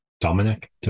Dominic